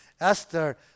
Esther